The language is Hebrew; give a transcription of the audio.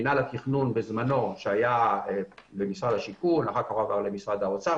מנהל התכנון שהיה במשרד השיכון ואחר כך עבר למשרד האוצר